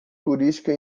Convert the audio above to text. turística